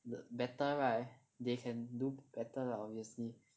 better right they can do better lah obviously